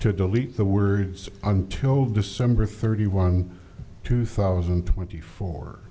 to delete the words until december thirty one two thousand and twenty four